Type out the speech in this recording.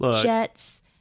jets